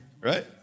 Right